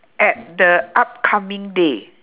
at the upcoming day